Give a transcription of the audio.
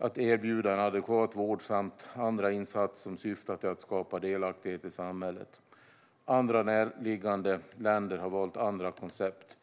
att erbjuda en adekvat vård samt andra insatser som syftar till att skapa delaktighet i samhället. Andra närliggande länder har valt andra koncept.